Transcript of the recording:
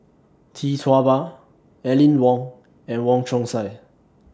Tee Tua Ba Aline Wong and Wong Chong Sai